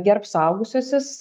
gerbs suaugusiuosius